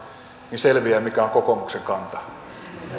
niin selviää mikä on kokoomuksen kanta